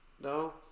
No